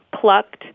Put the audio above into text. plucked